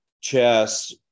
chess